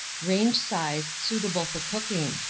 range size, suitable for cooking.